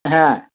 হ্যাঁ